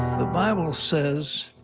the bible says